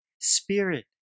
Spirit